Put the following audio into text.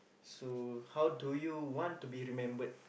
so how do you want to be remembered